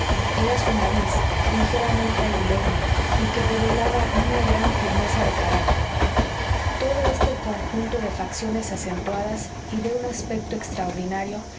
era su nariz ligeramente aguileña y que revelaba una gran firmeza de carácter todo este conjunto de facciones acentuadas y de un aspecto extraordinario